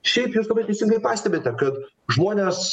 šiaip jūs labai teisingai pastebite kad žmonės